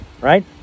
right